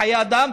חיי אדם,